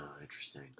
interesting